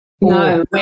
No